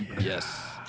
yes